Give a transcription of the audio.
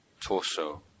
torso